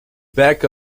back